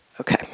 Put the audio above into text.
Okay